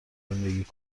زندگی